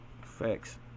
Facts